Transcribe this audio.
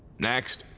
next.